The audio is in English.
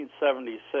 1976